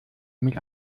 mich